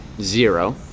zero